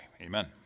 Amen